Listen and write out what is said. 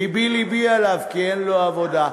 לבי-לבי עליו, כי אין לו עבודה.